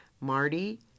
Marty